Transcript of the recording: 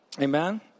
Amen